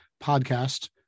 podcast